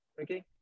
okay